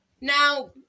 Now